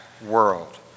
world